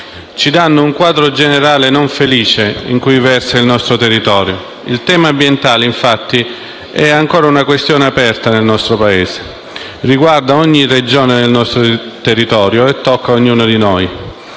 ci danno un quadro generale non felice in cui versa il nostro territorio. Il tema ambientale, infatti, è ancora una questione aperta nel nostro Paese: riguarda ogni Regione del nostro territorio e tocca ognuno di noi,